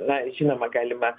na žinoma galima